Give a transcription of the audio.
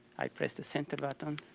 i press the center button.